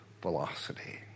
velocity